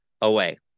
away